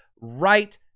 right